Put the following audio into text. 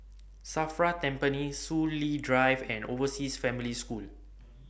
SAFRA Tampines Soon Lee Drive and Overseas Family School